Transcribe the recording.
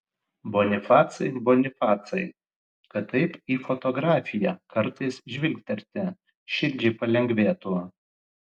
bonifacai bonifacai kad taip į fotografiją kartais žvilgterti širdžiai palengvėtų